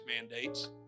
mandates